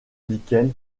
dickens